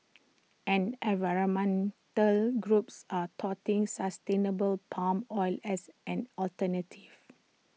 en environmental groups are touting sustainable palm oil as an alternative